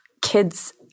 kids